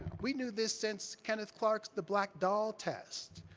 we knew this since kenneth clark's, the black doll test,